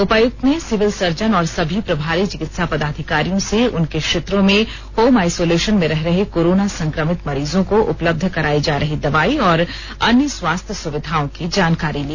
उपायूक्त ने civil surgeon और सभी प्रभारी चिकित्सा पदाधिकारियों से उनके क्षेत्रों में होम आइसोलेशन में रह रहे कोरोना संक्रमित मरीजों को उपलब्ध कराई जा रही दवाई और अन्य स्वास्थ्य सुविधाओं की जानकारी ली